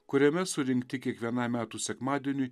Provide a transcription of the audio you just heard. kuriame surinkti kiekvienam metų sekmadieniui